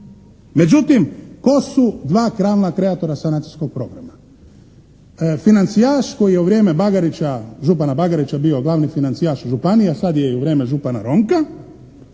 Međutim, tko su glavna kreatora sanacijskog programa? Financijaš koji je u vrijeme Bagarića, župana Bagarića bio glavni financijaš u županiji, a sad je i u vrijeme župana Ronka,